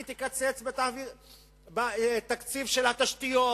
היא תקצץ בתקציב התשתיות,